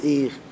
ik